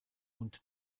und